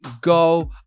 go